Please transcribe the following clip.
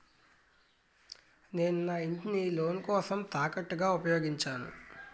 నేను నా ఇంటిని లోన్ కోసం తాకట్టుగా ఉపయోగించాను